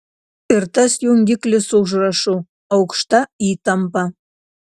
ir tas jungiklis su užrašu aukšta įtampa